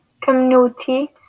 community